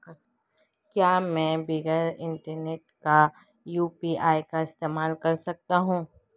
क्या मैं बिना इंटरनेट के यू.पी.आई का इस्तेमाल कर सकता हूं?